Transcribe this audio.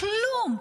וכלום,